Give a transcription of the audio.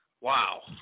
Wow